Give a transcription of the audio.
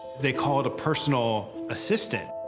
they call it a personal assistant,